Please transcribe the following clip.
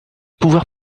pouvoirs